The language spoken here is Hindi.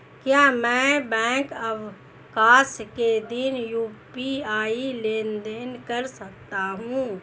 क्या मैं बैंक अवकाश के दिन यू.पी.आई लेनदेन कर सकता हूँ?